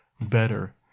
better